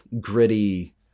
gritty